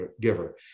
giver